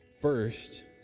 First